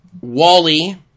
Wally